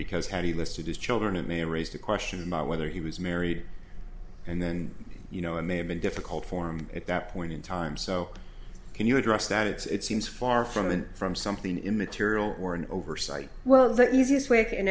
because how do you listed his children it may raise the question whether he was married and then you know it may have been difficult for me at that point in time so can you address that it's seems far from and from something immaterial or an oversight well the easiest way can